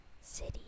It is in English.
city